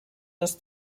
das